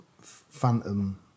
phantom